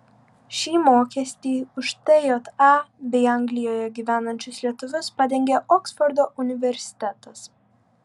šį mokestį už tja bei anglijoje gyvenančius lietuvius padengė oksfordo universitetas